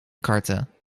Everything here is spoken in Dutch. karten